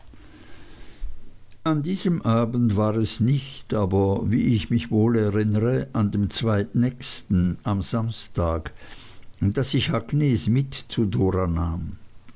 an diesem abend war es nicht aber wie ich mich wohl erinnere an dem zweitnächsten am samstag daß ich agnes mit zu dora nahm